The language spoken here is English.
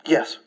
Yes